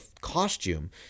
costume